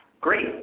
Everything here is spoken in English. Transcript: great.